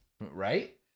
Right